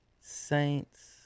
Saints